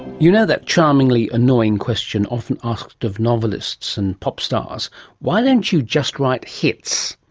you know that charmingly annoying question often asked of novelists and pop stars why don't you just write hits?